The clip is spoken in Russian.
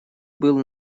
был